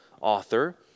author